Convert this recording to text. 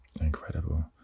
Incredible